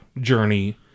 journey